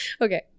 Okay